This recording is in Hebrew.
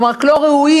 הם רק לא ראויים,